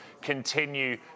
continue